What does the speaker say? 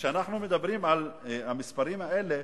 כשאנחנו מדברים על המספרים האלה,